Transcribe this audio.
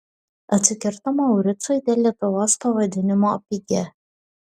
atsikirto mauricui dėl lietuvos pavadinimo pigia